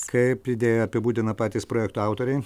kaip idėją apibūdina patys projekto autoriai